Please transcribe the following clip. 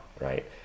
right